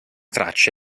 tracce